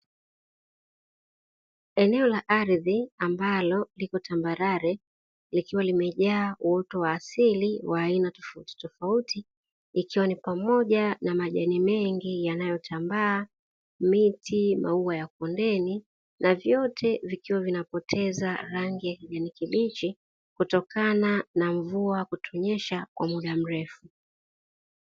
Eneo la ardhi ambalo lipo tambarare, likiwa limejaa uoto wa asili wa aina tofautitofauti; ikiwa ni pamoja majani mengi yanayotambaa, miti, maua ya kondeni na vyote vikiwa vinapoteza rangi ya kijani kibichi, kutokana na mvua kutonyesha kwa muda mrefu.